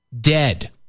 dead